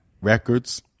records